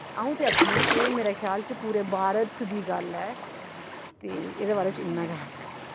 आ'ऊं ते आक्खनी एह् मेरे ख्याल च पूरे भारत दी गल्ल ऐ ते ऐह्दे बारे च इन्ना गै हा